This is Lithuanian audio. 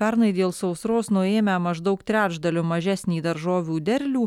pernai dėl sausros nuėmę maždaug trečdaliu mažesnį daržovių derlių